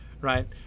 right